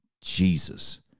Jesus